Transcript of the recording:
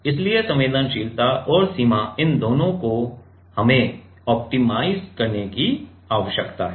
इसलिए संवेदनशीलता और सीमा इन दोनों को हमें ऑप्टिमाइज़ करने की आवश्यकता है